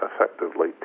effectively